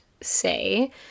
say